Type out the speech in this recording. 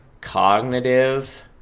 Cognitive